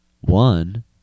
One